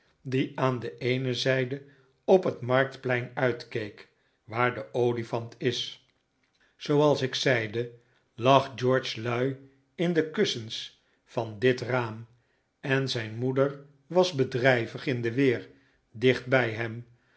die aan de eene zijde op het marktplein uitkeek waar de olifant is zooals ik zeide lag george lui in de kussens van dit raam en zijn moeder was bedrijvig in de weer dicht bij hem